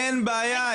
אין בעיה.